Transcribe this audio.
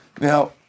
Now